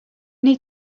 need